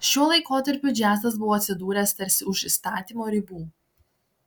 šiuo laikotarpiu džiazas buvo atsidūręs tarsi už įstatymo ribų